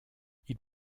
ils